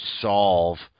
solve